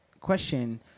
question